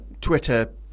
Twitter